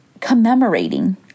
commemorating